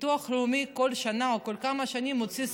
הביטוח הלאומי כל שנה או כל כמה שנים מוציא,